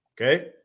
Okay